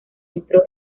entró